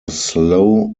slow